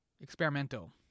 experimental